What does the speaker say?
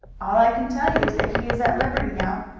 all i can tell you is that he is at liberty now.